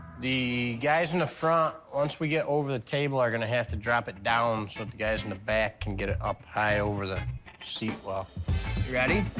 the guys in the front, once we get over the table, are gonna have to drop it down so guys in the back can get it up high over the seat well. you ready?